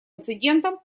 инцидентам